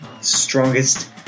strongest